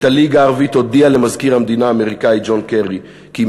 עת הליגה הערבית הודיעה למזכיר המדינה האמריקני ג'ון קרי כי היא